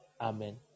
Amen